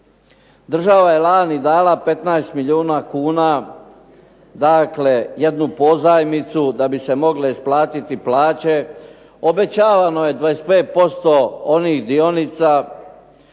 Država je lani dala 15 milijuna kuna. Dakle jednu pozajmicu da bi se mogle isplatiti plaće. Obećavano je 25% onih dionica